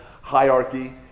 hierarchy